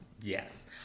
Yes